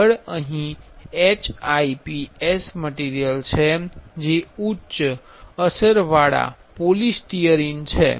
આગળ અહીં HIPS material છે જે ઉચ્ચ અસરવાળા પોલિસ્ટરીન છે